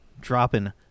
Dropping